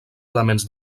elements